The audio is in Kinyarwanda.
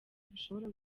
bishobora